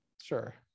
Sure